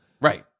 right